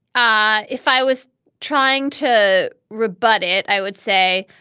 ah if i was trying to rebut it, i would say,